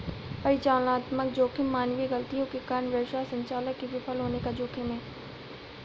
परिचालनात्मक जोखिम मानवीय गलतियों के कारण व्यवसाय संचालन के विफल होने का जोखिम है